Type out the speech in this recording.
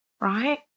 right